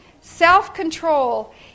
Self-control